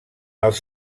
els